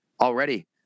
already